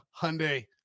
Hyundai